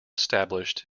established